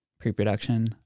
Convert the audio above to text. pre-production